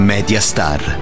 Mediastar